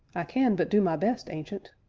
i can but do my best, ancient.